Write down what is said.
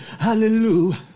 Hallelujah